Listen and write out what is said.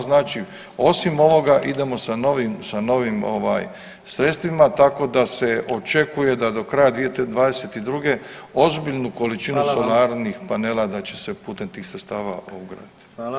Znači osim ovoga idemo sa novim, sa novi ovaj sredstvima tako da se očekuje da do kraja 2022. ozbiljnu količinu solarnih panela [[Upadica: Hvala vam.]] da će se putem tih sredstava ugraditi.